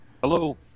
Hello